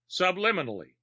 Subliminally